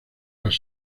las